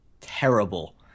terrible